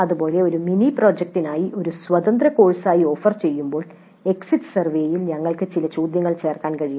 ഇതുപോലെ ഒരു മിനി പ്രോജക്റ്റിനായി ഒരു സ്വതന്ത്ര കോഴ്സായി ഓഫർ ചെയ്യുമ്പോൾ എക്സിറ്റ് സർവേയിൽ ഞങ്ങൾക്ക് ചില ചോദ്യങ്ങൾ ചേർക്കാൻ കഴിയും